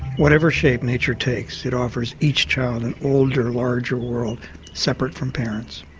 whatever shape nature takes, it offers each child an older, larger world separate from parents.